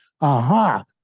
aha